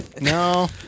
No